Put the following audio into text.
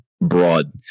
broad